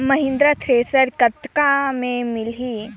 Mahindra thresher कतका म मिलही?